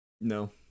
no